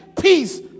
peace